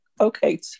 okay